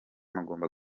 mugomba